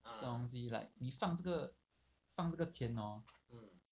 总之你放这个放这个放这个钱 hor